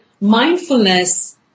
mindfulness